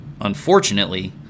unfortunately